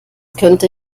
könnte